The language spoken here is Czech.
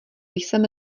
jsem